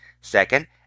Second